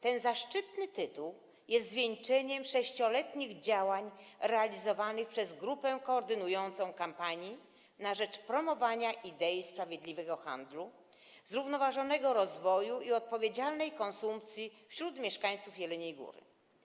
Ten zaszczytny tytuł jest zwieńczeniem 6-letnich działań realizowanych przez grupę koordynującą kampanii na rzecz promowania idei sprawiedliwego handlu, zrównoważonego rozwoju i odpowiedzialnej konsumpcji wśród mieszkańców Jeleniej Góry.